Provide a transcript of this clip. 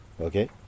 Okay